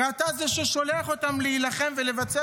הרי אתה זה ששולח אותם להילחם ולבצע